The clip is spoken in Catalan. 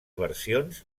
versions